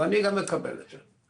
ואני גם מקבל את זה.